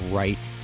right